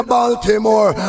Baltimore